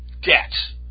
debt